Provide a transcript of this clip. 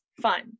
fun